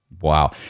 Wow